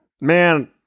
Man